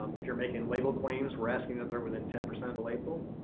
um if you're making label claims, we're asking that they're within ten percent of the label.